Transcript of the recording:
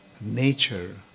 nature